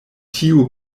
tiu